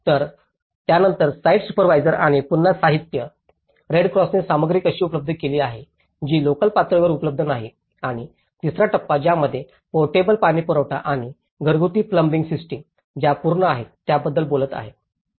तर त्यानंतर site supervisors आणि पुन्हा साहित्य रेड क्रॉसने सामग्री कशी उपलब्ध केली आहे जी लोकल पातळीवर उपलब्ध नाहीत आणि तिसरा टप्पा ज्यामध्ये पोर्टेबल पाणीपुरवठा आणि घरगुती प्लंबिंग सिस्टम ज्या पूर्ण आहेत त्याबद्दल बोलत आहे